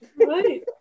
right